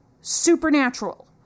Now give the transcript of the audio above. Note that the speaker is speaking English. supernatural